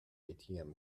atm